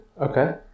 Okay